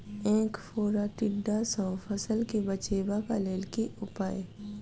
ऐंख फोड़ा टिड्डा सँ फसल केँ बचेबाक लेल केँ उपाय?